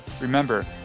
Remember